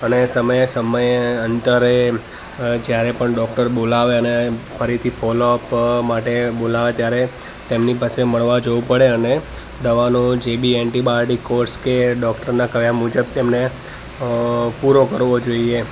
અને સમયે સમયે અંતરે જ્યારે પણ ડૉક્ટર બોલાવે અને ફરીથી ફૉલો અપ માટે બોલાવે ત્યારે તેમની પાસે મળવા જવું પડે અને દવાનો જે બી ઍન્ટિબાયોટિક કોર્સ કે ડૉકટરના કહ્યા મુજબ તેમને અ પૂરો કરવો જોઈએ